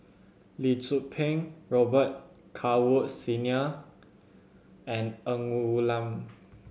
Lee Tzu Pheng Robet Carr Woods Senior and Ng Woon Lam